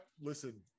listen